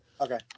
Okay